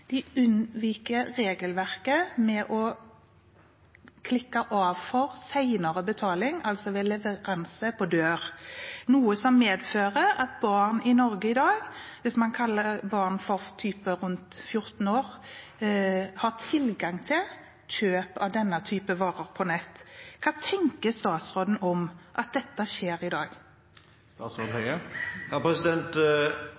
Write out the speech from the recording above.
De unnviker regelverket ved å klikke av for senere betaling, altså ved leveranse på dør, noe som medfører at barn i Norge i dag, hvis man kaller 14-åringer barn, har tilgang til å kjøpe slike varer på nett. Hva tenker statsråden om at dette skjer i